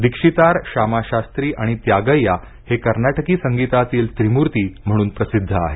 दीक्षितार श्यामा शास्त्री आणि त्यागय्या हे कर्नाटकी संगीतातील त्रिमूर्ती म्हणून प्रसिद्ध आहेत